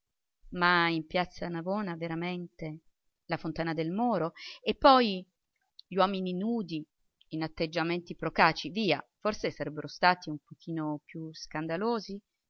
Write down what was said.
ma in piazza navona veramente la fontana del moro e poi gli uomini nudi in atteggiamenti procaci via forse sarebbero stati un pochino più scandalosi